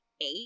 eight